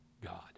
God